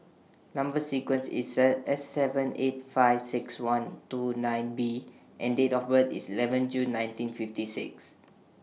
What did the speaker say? Number sequence IS S seven eight five six one two nine B and Date of birth IS eleven June nineteen fifty six